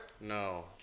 No